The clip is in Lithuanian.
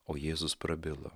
o jėzus prabilo